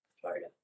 Florida